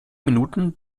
minuten